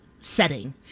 setting